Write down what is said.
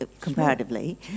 comparatively